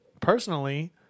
personally